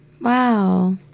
Wow